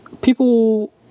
people